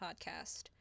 podcast